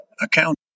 account